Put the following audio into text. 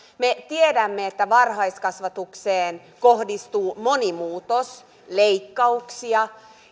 me tiedämme että varhaiskasvatukseen kohdistuu moni muutos leikkauksia